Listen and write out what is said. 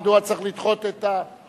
מדוע צריך לדחות את ההצעות.